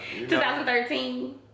2013